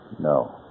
No